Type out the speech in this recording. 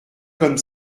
comme